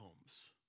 homes